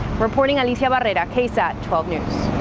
reporting on detail about it it at ksat twelve news.